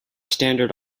standard